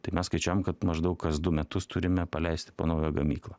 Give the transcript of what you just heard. tai mes skaičiuojam kad maždaug kas du metus turime paleisti po naują gamyklą